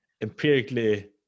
empirically